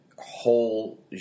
whole